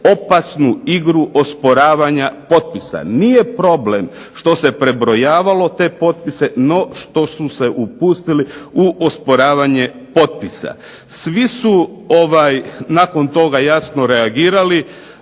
opasnu igru osporavanja potpisa. Nije problem što se prebrojavalo te potpise no što su se upustili u osporavanje potpisa. Svi su nakon toga jasno reagirali